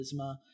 charisma